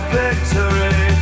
victory